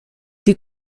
die